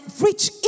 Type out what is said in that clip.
rich